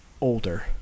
older